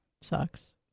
Sucks